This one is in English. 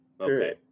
okay